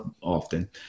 often